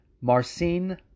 Marcin